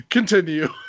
Continue